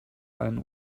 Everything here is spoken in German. ein